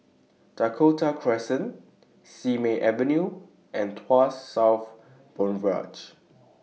Dakota Crescent Simei Avenue and Tuas South Boulevard